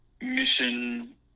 mission